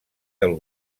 del